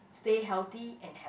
stay healthy and have